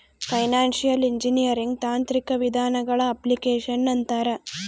financial engineering ತಾಂತ್ರಿಕ ವಿಧಾನಗಳ application ಅಂತಾರ